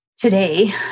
today